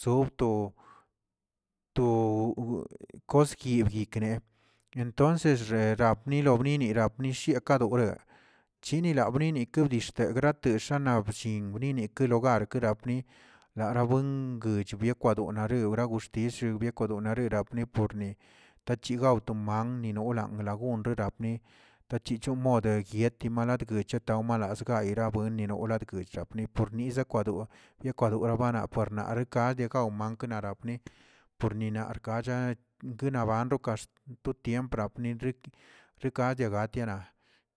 Sobto to koskyib yekne, entonces rerab yobni nirabnill yakadorem chinina bki na bnix degrate xanab chin wni kelugar grapni, lara buen yich bikwadonar nora jushtish bikwadoar rarebneporn' tachigaw to man nolan ragun norabi' tachichon mode guiety dimaladguechaa malas gayra weni noola dguich ni pornis kwado, yekwadora ba napə narka de gaoma knara bni, pornina rgacha dinaban rokas to tiempo tramni rik- rikadia gatena